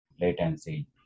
latency